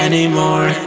Anymore